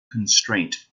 constraint